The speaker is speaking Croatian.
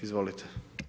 Izvolite.